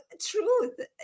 truth